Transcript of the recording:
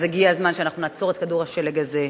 אז הגיע הזמן שאנחנו נעצור את כדור השלג הזה,